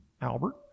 Albert